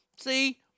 See